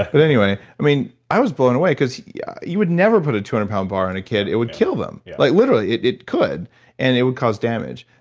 like but anyway i mean i was blown away because yeah you would never put a two hundred pound bar on a kid it would kill them like literally, it it could and it would cause damage.